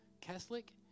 Catholic